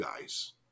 guys